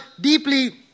deeply